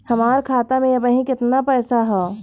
हमार खाता मे अबही केतना पैसा ह?